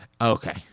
okay